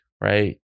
right